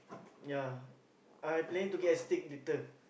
ya I planning to get stick later